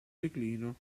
declino